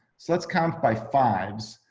so let's count by fives.